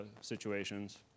situations